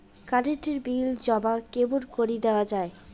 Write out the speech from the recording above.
Current এর bill জমা কেমন করি দেওয়া যায়?